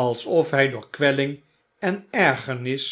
alsof hy door kwelling en ergernis